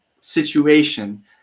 situation